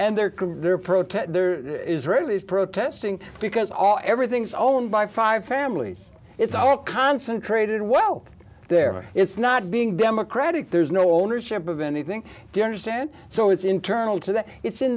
be there are protests israelis protesting because all everything's owned by five families it's all concentrated wealth there it's not being democratic there's no ownership of anything do you understand so it's internal to that it's in